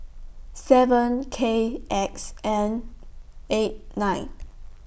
seven K X N eight nine